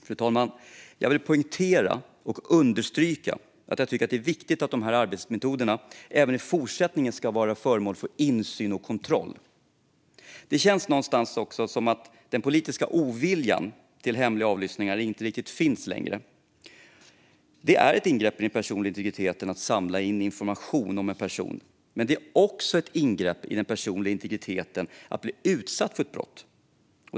Fru talman! Jag vill poängtera och understryka att jag tycker att det är viktigt att de här arbetsmetoderna även i fortsättningen ska vara föremål för insyn och kontroll. Det känns också någonstans som att den politiska oviljan mot hemliga avlyssningar inte riktigt finns längre. Det är ett ingrepp i den personliga integriteten att samla in information om en person, men det är också ett ingrepp i den personliga integriteten att bli utsatt för brott.